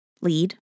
lead